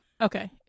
Okay